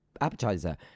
appetizer